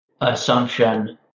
assumption